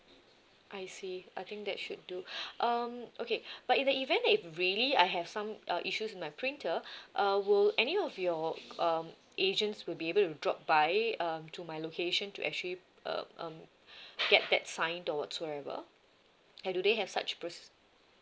I see I think that should do um okay but in the event that if really I have some uh issues with my printer uh will any of your um agents will be able to drop by uh to my location to actually um um get that signed or whatsoever and do they have such proc~